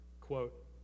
quote